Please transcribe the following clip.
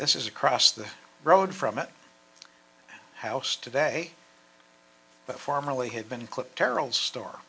this is across the road from it house today but formerly had been clipped terrell's store